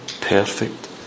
Perfect